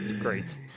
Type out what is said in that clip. great